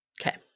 Okay